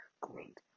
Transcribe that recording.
great